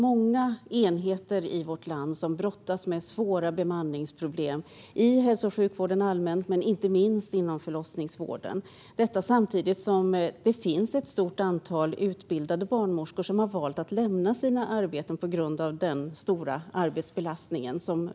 Många enheter i vårt land brottas med svåra bemanningsproblem i hälso och sjukvården och inte minst inom förlossningsvården. Samtidigt har ett stort antal utbildade barnmorskor valt att lämna sina arbeten på grund av den stora arbetsbelastningen.